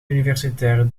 universitair